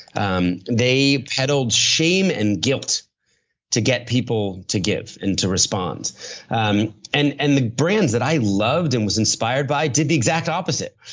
um they peddled shame and guilt to get people to give and to respond. um and and the brands that i loved and was inspired by did the exact opposite.